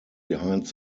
behind